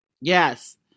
yes